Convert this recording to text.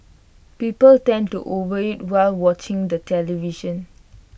people tend to overeat while watching the television